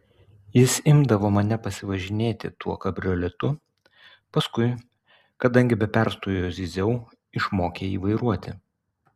jis imdavo mane pasivažinėti tuo kabrioletu paskui kadangi be perstojo zyziau išmokė jį vairuoti